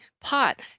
pot